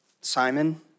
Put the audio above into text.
Simon